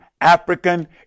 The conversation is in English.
African